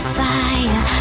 fire